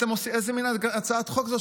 איזה מין הצעת חוק זו,